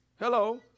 Hello